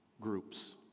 groups